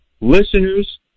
listeners